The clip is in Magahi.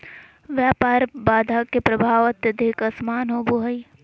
व्यापार बाधा के प्रभाव अत्यधिक असमान होबो हइ